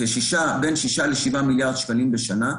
בין שישה לשבעה מיליארד שקלים בשנה,